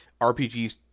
RPGs